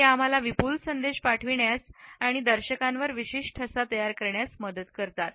ते आम्हाला विपुल संदेश पाठविण्यास आणि दर्शकावर विशिष्ट ठसा तयार करण्यात मदत करतात